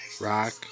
rock